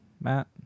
Matt